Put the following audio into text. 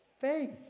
faith